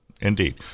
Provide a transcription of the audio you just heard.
Indeed